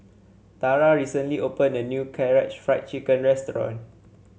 Tara recently opened a new Karaage Fried Chicken Restaurant